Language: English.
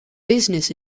business